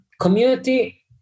community